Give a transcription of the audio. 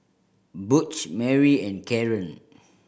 Butch Mari and Caren